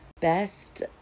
best